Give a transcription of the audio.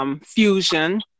fusion